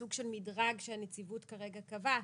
בסוג של מדרג שהנציבות כרגע קבעה.